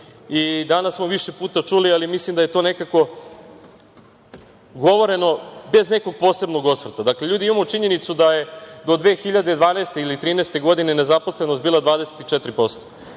i danas smo više puta čuli, ali mislim da je to nekako govoreno bez nekog posebnog osvrta. Dakle, ljudi imamo činjenicu da je do 2012. godine ili 2013. godine nezaposlenost bila